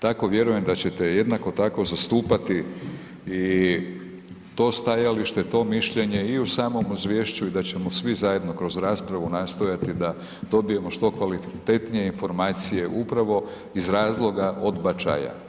Tako vjerujem, da ćete jednako tako zastupati i to stajalište, to mišljenje, i u samom izvješću i da ćemo svi zajedno kroz raspravu nastojati da dobijemo što kvalitetnije informacije upravo iz razloga odbačaja.